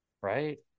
Right